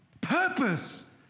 purpose